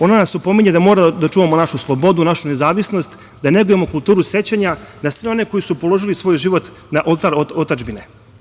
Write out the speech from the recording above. Ona nas opominje da moramo da čuvamo našu slobodu, našu nezavisnost, da negujemo kulturu sećanja na sve one koji su položili svoj život na oltar otadžbine.